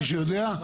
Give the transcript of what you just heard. מישהו יודע?